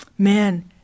Man